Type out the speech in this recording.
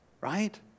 right